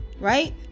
right